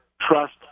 trust